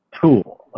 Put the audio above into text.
tool